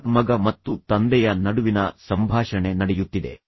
ಈಗ ಮಗ ಮತ್ತು ತಂದೆಯ ನಡುವಿನ ಸಂಭಾಷಣೆ ನಡೆಯುತ್ತಿದೆ